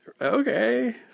okay